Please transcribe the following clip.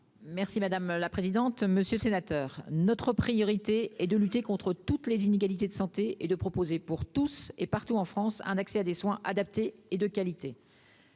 Mme la ministre déléguée. Monsieur le sénateur, notre priorité est de lutter contre toutes les inégalités de santé, et de proposer pour tous, et partout en France, un accès à des soins adaptés et de qualité.